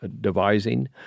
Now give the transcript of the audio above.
devising